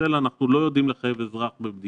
בישראל אנחנו לא יודעים לחייב אזרח בבדיקה.